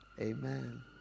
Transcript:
amen